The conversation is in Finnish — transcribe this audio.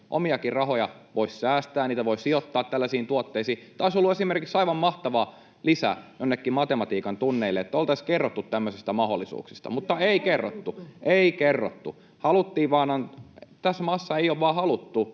omiakin rahoja voisi säästää, niitä voi sijoittaa tällaisiin tuotteisiin. Tämä olisi ollut esimerkiksi aivan mahtava lisä jonnekin matematiikan tunneille, että oltaisiin kerrottu tämmöisistä mahdollisuuksista, mutta ei kerrottu. [Jussi Saramo: Mites